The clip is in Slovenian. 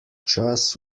čas